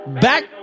Back